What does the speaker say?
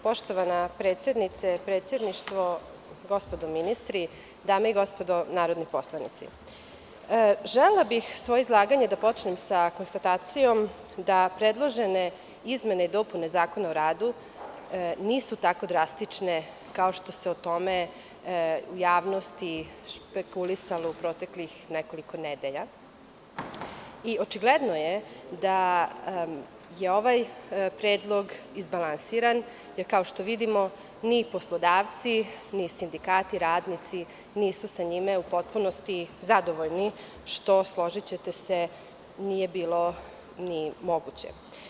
Poštovana predsednice, predsedništvo, gospodo ministri, dame i gospodo narodni poslanici, želela bih svoje izlaganje da počnem sa konstatacijom da predložene izmene i dopune Zakona o radu nisu tako drastične, kao što se o tome u javnosti špekulisalo u proteklih nekoliko nedelja i očigledno je da je ovaj predlog izbalansiran, jer kao što vidimo ni poslodavci ni sindikati, radnici nisu sa njime u potpunosti zadovoljni, što složićete se nije bilo ni moguće.